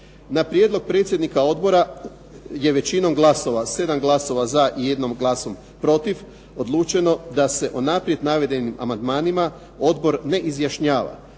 Na prijedlog predsjednika odbora je većinom glasova, 7 glasova za i jednim glasom protiv, odlučeno o naprijed navedenim amandmanima odbor ne izjašnjava,